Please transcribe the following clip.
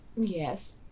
yes